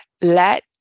let